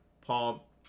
Paul